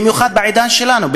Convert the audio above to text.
במיוחד בעידן שלנו,